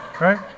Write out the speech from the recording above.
right